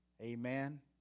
Amen